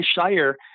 Shire